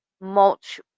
mulch